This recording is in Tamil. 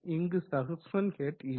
இங்கு சக்சன் ஹெட் இல்லை